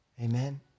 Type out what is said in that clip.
Amen